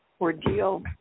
ordeal